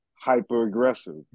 hyper-aggressive